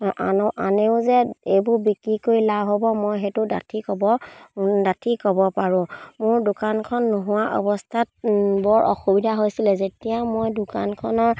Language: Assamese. আনো আনেও যে এইবোৰ বিক্ৰী কৰি লাভ হ'ব মই সেইটো ডাঠি ক'ব ডাঠি ক'ব পাৰোঁ মোৰ দোকানখন নোহোৱা অৱস্থাত বৰ অসুবিধা হৈছিলে যেতিয়া মই দোকানখনৰ